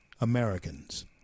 Americans